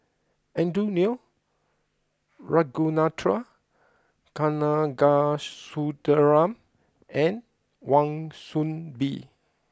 Andrew Lee Ragunathar Kanagasuntheram and Wan Soon Bee